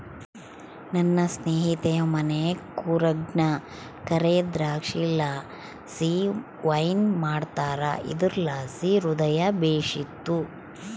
ನನ್ನ ಸ್ನೇಹಿತೆಯ ಮನೆ ಕೂರ್ಗ್ನಾಗ ಕರೇ ದ್ರಾಕ್ಷಿಲಾಸಿ ವೈನ್ ಮಾಡ್ತಾರ ಇದುರ್ಲಾಸಿ ಹೃದಯ ಬೇಶಿತ್ತು